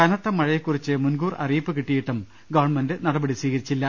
കനത്ത മഴയെക്കുറിച്ച് മുൻകൂർ അറിയിപ്പ് കിട്ടിയിട്ടും ഗവൺമെന്റ് നടപടി സ്വീകരിച്ചില്ല